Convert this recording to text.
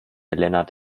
lennart